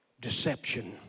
Deception